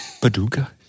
Paducah